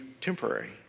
temporary